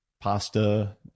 pasta